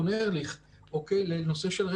"פול ארליך",